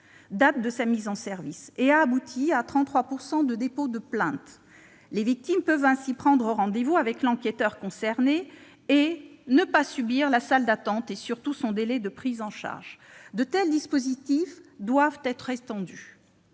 date de sa mise en service. Cela a abouti au dépôt d'une plainte dans 33 % des cas. Les victimes peuvent ainsi prendre rendez-vous avec l'enquêteur concerné et ne pas subir la salle d'attente et le délai de prise en charge. De tels dispositifs doivent être étendus.